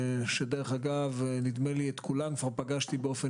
שדרך אגב נדמה לי שאת כולם כבר פגשתי באופן